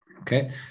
okay